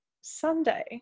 Sunday